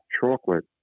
chocolate